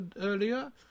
earlier